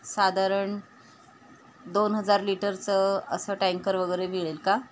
साधारण दोन हजार लिटरचं असं टँकर वगैरे मिळेल का